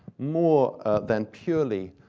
more than purely